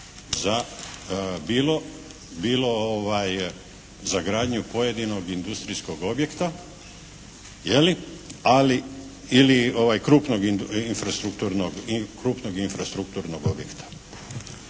za bilo za gradnju pojedinog industrijskog objekta je li ili krupnog infrastrukturnog objekta.